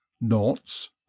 knots